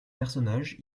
personnages